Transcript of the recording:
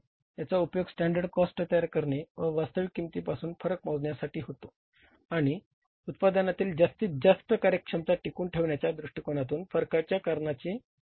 याचा उपयोग standard cost तयार करणे व वास्तविक किंमतीपासून फरक मोजण्यासाठी होते आणि उत्पादनातील जास्तीत जास्त कार्यक्षमता टिकवून ठेवण्याच्या दृष्टीकोनातून फरकांच्या कारणाचे विश्लेषण करण्यासाठी होतो